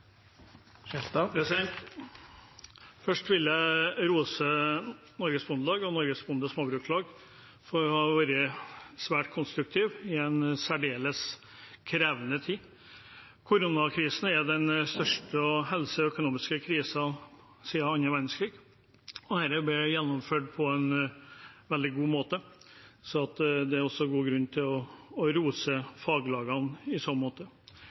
Først vil jeg rose Norges Bondelag og Norsk Bonde- og Småbrukarlag for å ha vært svært konstruktive i en særdeles krevende tid. Koronakrisen er den største helse- og økonomiske krisen siden annen verdenskrig, og dette ble gjennomført på en veldig god måte. Det er god grunn til å rose faglagene i så måte.